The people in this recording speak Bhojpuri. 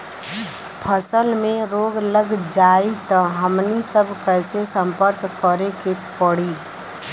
फसल में रोग लग जाई त हमनी सब कैसे संपर्क करें के पड़ी?